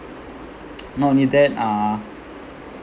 not only that uh